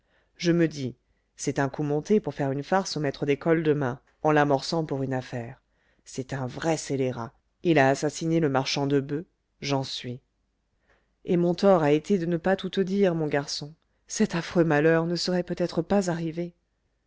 je me dis c'est un coup monté pour faire une farce au maître d'école demain en l'amorçant pour une affaire c'est un vrai scélérat il a assassiné le marchand de boeufs j'en suis et mon tort a été de ne pas tout te dire mon garçon cet affreux malheur ne serait peut-être pas arrivé